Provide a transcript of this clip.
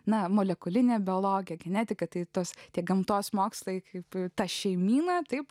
na molekulinė biologija kinetika tai tas tie gamtos mokslai kaip ta šeimyna taip